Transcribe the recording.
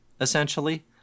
essentially